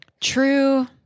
True